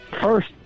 First